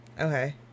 Okay